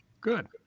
good